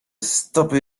stopy